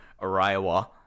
Araiwa